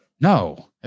No